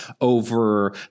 over